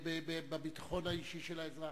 בביטחון האישי של האזרח.